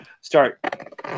start